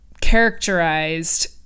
characterized